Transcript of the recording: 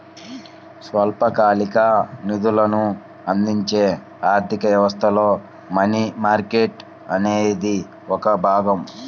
స్వల్పకాలిక నిధులను అందించే ఆర్థిక వ్యవస్థలో మనీ మార్కెట్ అనేది ఒక భాగం